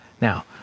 Now